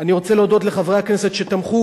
אני רוצה להודות לחברי הכנסת שתמכו,